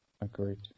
Agreed